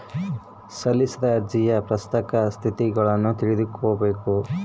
ಸಲ್ಲಿಸಿದ ಅರ್ಜಿಯ ಪ್ರಸಕ್ತ ಸ್ಥಿತಗತಿಗುಳ್ನ ತಿಳಿದುಕೊಂಬದು